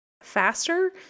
faster